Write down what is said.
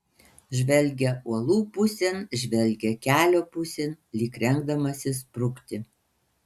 žvelgia uolų pusėn žvelgia kelio pusėn lyg rengdamasis sprukti